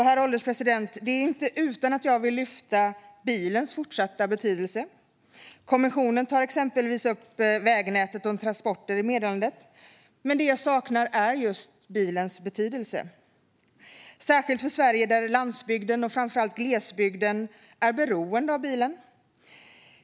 Herr ålderspresident! Det är inte utan att jag vill lyfta fram bilens fortsatta betydelse. Kommissionen tar exempelvis upp vägnätet och transporter i meddelandet, men det jag saknar är just bilens betydelse. Det gäller särskilt för Sverige, där landsbygden och framför allt glesbygden är beroende av bilen.